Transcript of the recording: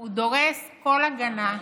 הוא דורס כל הגנה,